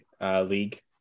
league